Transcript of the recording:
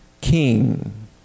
king